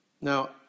Now